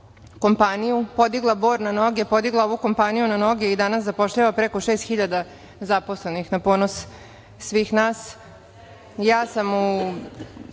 kompaniju, podigla Bor na noge, podigla ovu kompaniju na noge i danas zapošljava preko 6.000 zaposlenih, na ponos svih nas. Ja sam pre